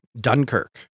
Dunkirk